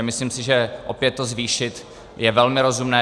Myslím si, že opět to zvýšit je velmi rozumné.